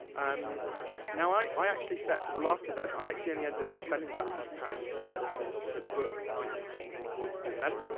um now i, i actually set, for the last event, i actually only ended up spending about one hundred pounds to to book ninety seven people onto the event.